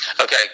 Okay